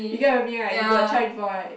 you get what I mean right you got try before right